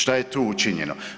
Šta je tu učinjeno?